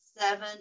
seven